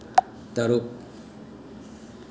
ꯇꯔꯨꯛ